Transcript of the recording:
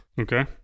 Okay